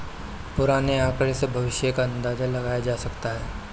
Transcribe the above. पुराने आकड़ों से भविष्य का अंदाजा लगाया जा सकता है